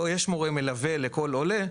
פה יש מורה מלווה לכל עולה,